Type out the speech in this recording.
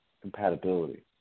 compatibility